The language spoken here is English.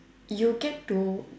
you get to